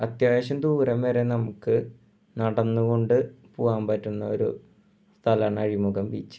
അത്യാവശ്യം ദൂരം വരെ നമുക്ക് നടന്നുകൊണ്ട് പോവാൻ പറ്റുന്ന ഒരു സ്ഥലമാണ് അഴിമുഖം ബീച്ച്